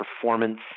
performance